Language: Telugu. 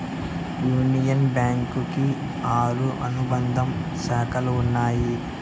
యూనియన్ బ్యాంకు కి ఆరు అనుబంధ శాఖలు ఉన్నాయి